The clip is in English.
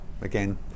again